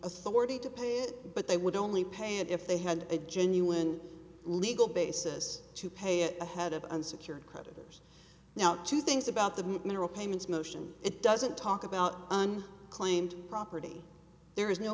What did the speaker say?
authority to put it but they would only pay if they had a genuine legal basis to pay it ahead of unsecured creditors now two things about the movement of payments motion it doesn't talk about on claimed property there is no